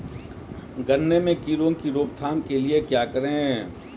गन्ने में कीड़ों की रोक थाम के लिये क्या करें?